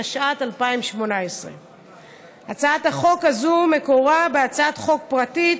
התשע"ט 2018. הצעת החוק הזאת מקורה בהצעת חוק פרטית